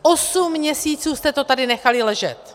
Osm měsíců jste to tady nechali ležet!